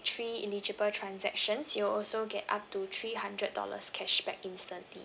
three eligible transactions you'll also get up to three hundred dollars cashback instantly